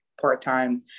part-time